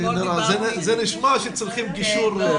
זה נשמע שצריכים כאן גישור.